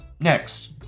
Next